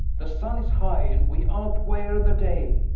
the sunne is high, and we out-weare the day.